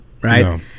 right